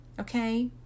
Okay